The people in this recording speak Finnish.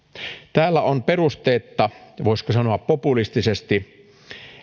täällä on perusteetta voisiko sanoa populistisesti